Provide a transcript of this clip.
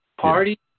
party